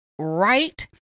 right